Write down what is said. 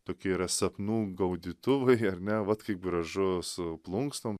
tokie yra sapnų gaudytuvai ar ne vat kaip gražu su plunksnom